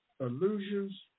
illusions